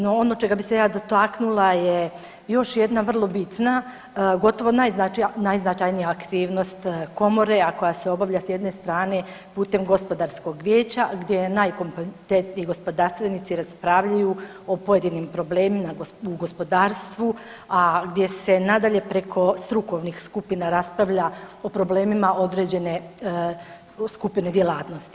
No ono čega bih se ja dotaknula je još jedna vrlo bitna, gotovo najznačajnija aktivnost komore a koja se obavlja s jedne strane putem Gospodarskog vijeća gdje najkompetentniji gospodarstvenici raspravljaju o pojedinim problemima u gospodarstvu, a gdje se nadalje preko strukovnih skupina raspravlja o problemima određene skupine djelatnosti.